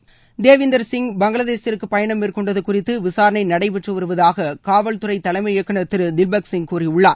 திரு தேவிந்திர் சிப் பங்களாதேசிற்கு பயணம் மேற்கொண்டது குறித்து விசாரணை நடைபெற்று வருவதாக காவல் துறை தலைமை இயக்குநர் திரு தில்பக் சிங் கூறியுள்ளார்